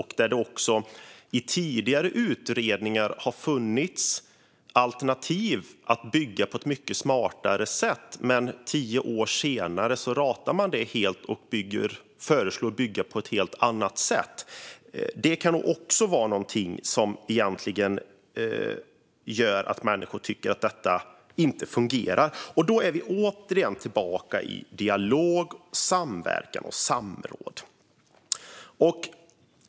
I tidigare utredningar har det funnits alternativ att bygga på ett mycket smartare sätt. Men tio år senare ratar man det helt och föreslår att bygga på ett helt annat sätt. Det kan också vara någonting som gör att människor tycker att det inte fungerar. Då är vi återigen tillbaka i detta med dialog, samverkan och samråd.